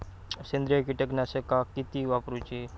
सेंद्रिय कीटकनाशका किती वापरूची?